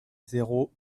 zéro